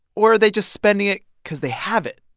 or are they just spending it because they have it?